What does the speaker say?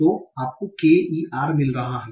तो आपको k e r मिल रहा है